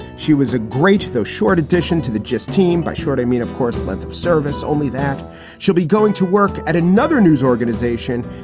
she was a great though short addition to the just team. by short, i mean, of course, length of service only that she'll be going to work at another news organization.